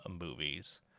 movies